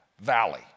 Valley